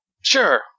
Sure